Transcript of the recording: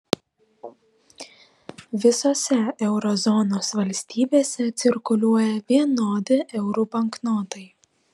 visose euro zonos valstybėse cirkuliuoja vienodi eurų banknotai